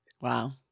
Wow